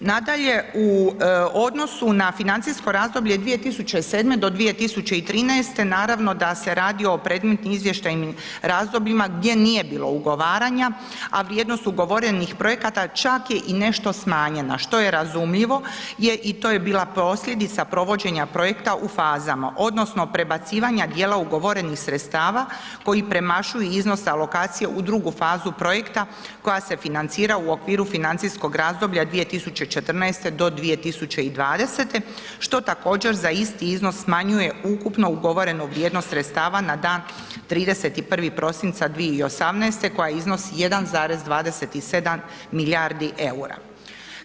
Nadalje, u odnosu na financijsko razdoblje 2007. do 2013. naravno da se radi o predmetnim izvještajnim razdobljima gdje nije bilo ugovaranja, a vrijednost ugovorenih projekata čak je i nešto smanjena, što je razumljivo jer i to je bila posljedica provođenja projekta u fazama odnosno prebacivanja dijela ugovorenih sredstava koji premašuju iznos alokacije u drugu fazu projekta koja se financira u okviru financijskog razdoblja 2014. do 2020. što također za isti iznos smanjuje ukupnu ugovorenu vrijednost sredstava na dan 31. prosinca 2018. koja iznosi 1,27 milijardi EUR-a.